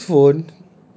I change this phone